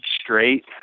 straight